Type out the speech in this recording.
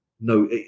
no